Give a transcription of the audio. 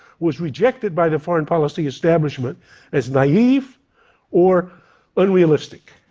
was rejected by the foreign policy establishment as naive or unrealistic.